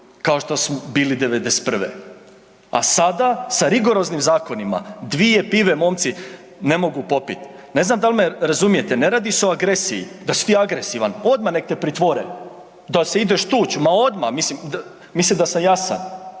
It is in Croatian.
kao što smo bili '91. a sada sa rigoroznim zakonima, dvije pive momci ne mogu popit. Ne znam dal me razumijete, ne radi se o agresiji, da si ti agresivan, odmah nek te pritvore. Da se ideš tuć, ma odmah, mislim da sam jasan,